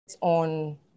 on